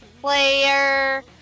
player